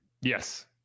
Yes